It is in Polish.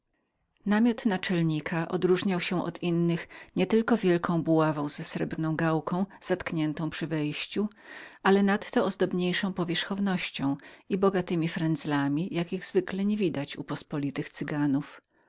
namiot naczelnika nie tylko odróżniał się od innych wielką buławą ze srebrną gałką utkwioną przy wejściu ale nadto ozdobniejszą powierzchownością i bogatemi oponami jakich zwykle nie widać u pospolitych cyganów